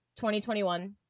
2021